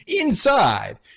Inside